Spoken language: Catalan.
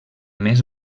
més